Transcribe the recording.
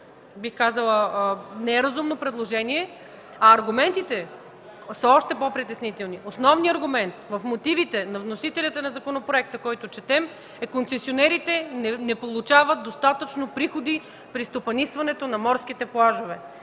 бих казала, не е разумно предложение, а аргументите са още по-притеснителни. Основният аргумент в мотивите на вносителите на законопроекта, който четем, е, че концесионерите не получават достатъчно приходи при стопанисването на морските плажове.